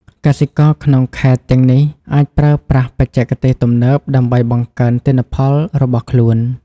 កសិករក្នុងខេត្តទាំងនេះអាចប្រើប្រាស់បច្ចេកទេសទំនើបដើម្បីបង្កើនទិន្នផលរបស់ខ្លួន។